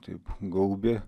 taip gaubė